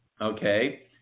okay